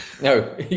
no